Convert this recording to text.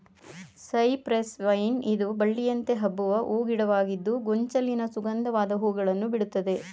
cypress vine ಇದು ಬಳ್ಳಿಯಂತೆ ಹಬ್ಬುವ ಹೂ ಗಿಡವಾಗಿದ್ದು ಗೊಂಚಲಿನ ಸುಗಂಧವಾದ ಹೂಗಳನ್ನು ಬಿಡುತ್ತದೆ